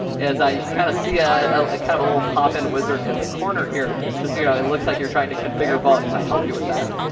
as you can kind of see ah ah kind of a little pop-in wizard in the corner here, which says, you know it looks like you're trying to configure vault. can i help you with that?